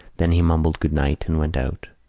then he mumbled good-night and went out.